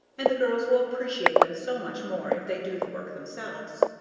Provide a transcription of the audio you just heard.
and the girls will appreciate them so much more if they do the work themselves.